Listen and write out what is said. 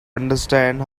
understand